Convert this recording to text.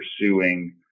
pursuing